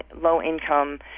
low-income